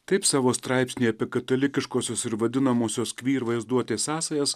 taip savo straipsnyje apie katalikiškosios ir vadinamosios queer vaizduotės sąsajas